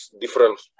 different